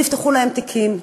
נפתחו להם תיקים,